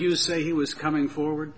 you say he was coming forward